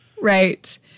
Right